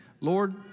Lord